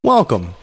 Welcome